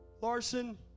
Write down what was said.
Larson